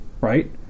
right